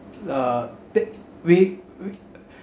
uh the~ we